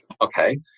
Okay